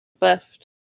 left